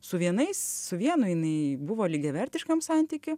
su vienais su vienu jinai buvo lygiavertiškam santyky